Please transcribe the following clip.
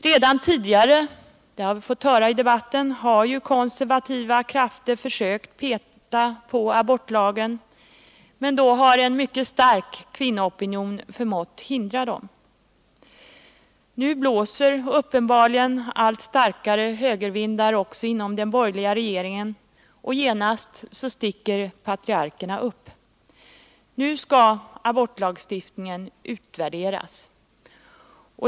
Redan tidigare — det har vi fått höra i debatten — har konservativa krafter försökt peta på abortlagen, men då har en mycket stark kvinnoopinion förmått hindra dem. Nu blåser uppenbarligen allt starkare högervindar också inom den borgerliga regeringen, och genast sticker patriarkerna upp. Nu skall abortlagstiftningen utvärderas.